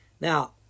Now